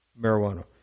marijuana